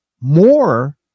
more